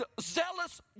zealous